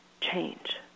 change